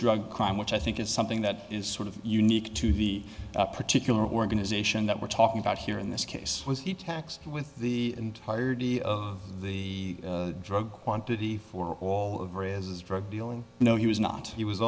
drug crime which i think is something that is sort of unique to the particular organization that we're talking about here in this case was the tax with the entirety of the drug quantity for all over is drug dealing you know he was not he was